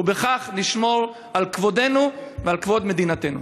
ובכך נשמור על כבודנו ועל כבוד מדינתנו.